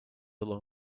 along